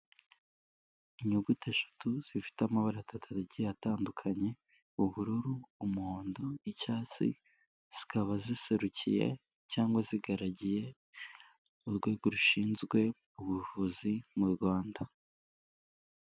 Inyuguti eshatu zifite amabara atatu agiye atandukanye: ubururu, umuhondo, icyatsi, zikaba ziserukiye cyangwa zigaragiye urwego rushinzwe ubuvuzi mu Rwanda.